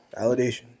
validation